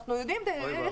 אוי ואבוי.